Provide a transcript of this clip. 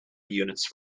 units